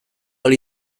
ahal